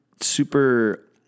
super